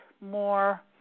more